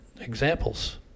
examples